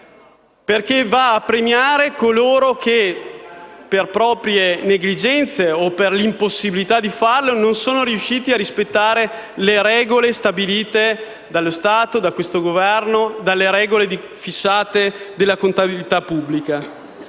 infatti, a premiare coloro che, per proprie negligenze o per l'impossibilità di farlo, non sono riusciti a rispettare le regole stabilite dallo Stato, dal Governo e dall'ordinamento della contabilità pubblica.